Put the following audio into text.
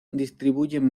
distribuyen